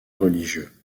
religieux